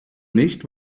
nicht